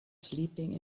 sleeping